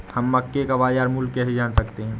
हम मक्के का बाजार मूल्य कैसे जान सकते हैं?